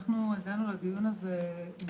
הגענו לדיון הזה עם